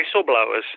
whistleblowers